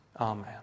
Amen